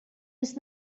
was